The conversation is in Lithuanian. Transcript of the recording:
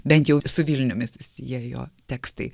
bent jau su vilniumi susiję jo tekstai